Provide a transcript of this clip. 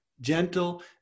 gentle